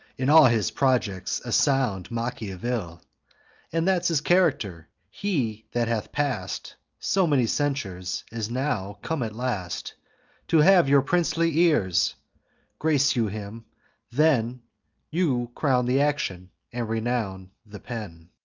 in all his projects, a sound machiavill and that's his character. he that hath past so many censures is now come at last to have your princely ears grace you him then you crown the action, and renown the pen.